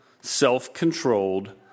self-controlled